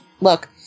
Look